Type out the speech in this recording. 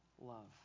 love